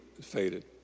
faded